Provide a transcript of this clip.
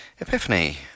Epiphany